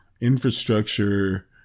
infrastructure